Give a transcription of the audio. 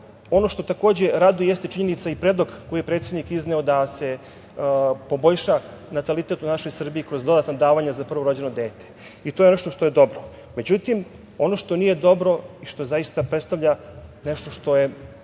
ono što takođe raduje jeste činjenica i predlog koji je predsednik izneo da se poboljša natalitet u našoj Srbiji kroz dodatna davanja za prvorođeno dete. To je nešto što je dobro.Međutim, ono što nije dobro i što zaista predstavlja nešto što je